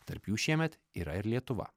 tarp jų šiemet yra ir lietuva